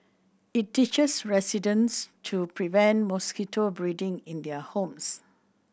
it teaches residents to prevent mosquito breeding in their homes